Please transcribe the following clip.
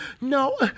no